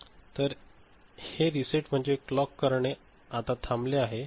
तर हे रीसेट म्हणजे क्लॉक करणे आता थांबले आहे